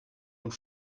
und